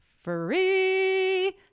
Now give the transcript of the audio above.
free